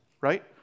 right